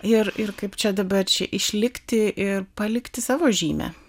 ir ir kaip čia dabar čia išlikti ir palikti savo žymę